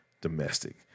domestic